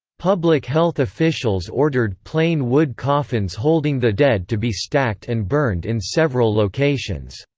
public health officials ordered plain wood coffins holding the dead to be stacked and burned in several locations.